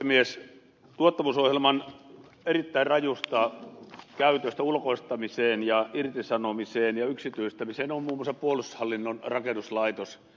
esimerkki tuottavuusohjelman erittäin rajusta käytöstä ulkoistamiseen ja irtisanomiseen ja yksityistämiseen on muun muassa puolustushallinnon rakennuslaitos